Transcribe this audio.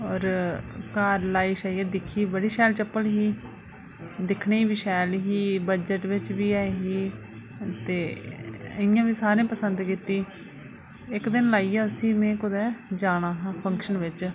होर घर लाइयै दिक्खी बड़ी शैल चप्पल ही दिक्खने गी बी शैल ही बजट बिच बी ऐही ते इं'या सारें बी पसंद कीती इक दिन में लाइयै कुदै जाना हा फंक्शन बिच